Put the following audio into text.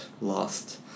lost